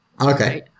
Okay